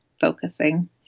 focusing